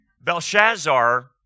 Belshazzar